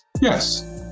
Yes